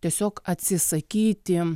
tiesiog atsisakyti